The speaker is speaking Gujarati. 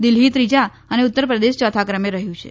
દિલ્હી ત્રીજા અને ઉત્તર પ્રદેશ ચોથા ક્રમે રહયું છે